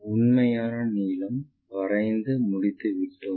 உண்மையான நீளம் வரைந்து முடித்துவிட்டோம்